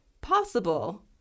possible